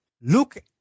look